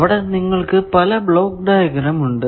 അവിടെ നിങ്ങൾക്കു പല ബ്ലോക്ക് ഡയഗ്രം ഉണ്ട്